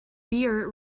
beer